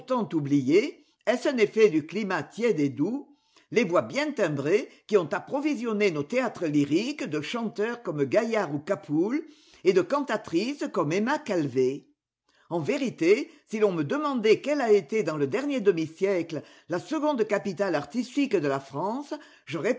les voix bien timbrées qui ont approvisionné nos théâtres lyriques de chanteurs comme ga ou capoul et de cantatrices comme emma calvé en vérité si l'on me demandait quelle a été dans le dernier demi-siècle la seconde capitale artistique de la france